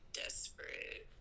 desperate